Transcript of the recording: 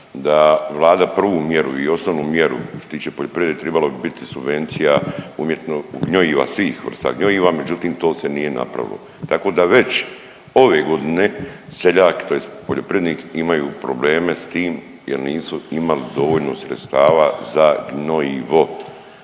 da vlada prvu mjeru i osnovnu mjeru što se tiče poljoprivrede tribalo bi biti subvencija umjetnih gnojiva svih vrsta gnojiva međutim to se nije napravilo, tako da već ove godine seljak tj. poljoprivrednik imaju probleme s tim jel nisu imali dovoljno sredstava za gnojivo,